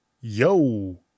yo